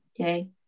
okay